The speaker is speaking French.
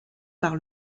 par